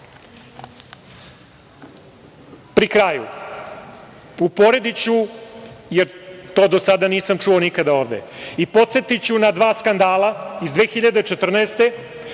kraju, uporediću, jer to do sada nisam čuo nikada ovde, i podsetiću na dva skandala iz 2014.